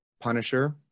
Punisher